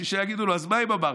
השישה יגידו לו: אז מה אם אמרת?